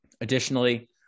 Additionally